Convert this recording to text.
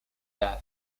death